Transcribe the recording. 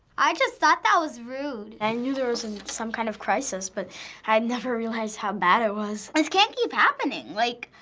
i just thought that was rude. i and knew there was and some kind of crisis, but i never realized how bad it was. this can't keep happening. like